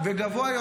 וגבוה יותר,